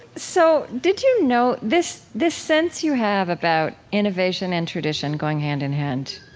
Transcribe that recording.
so did you know this this sense you have about innovation and tradition going hand in hand.